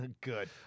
Good